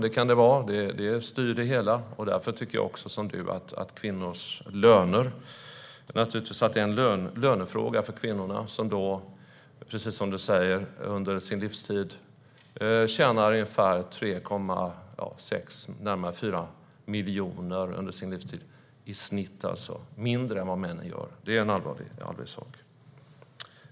Det kan styra det hela, och därför tycker jag också som du att det är en lönefråga för kvinnor som under sin livstid tjänar i genomsnitt närmare 4 miljoner mindre än vad män gör. Det är en allvarlig sak.